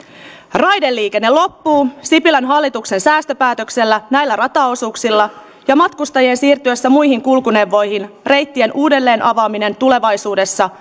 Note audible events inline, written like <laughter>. raideliikenne loppuu sipilän hallituksen säästöpäätöksellä näillä rataosuuksilla ja matkustajien siirtyessä muihin kulkuneuvoihin reittien uudelleen avaaminen tulevaisuudessa <unintelligible>